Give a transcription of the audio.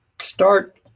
start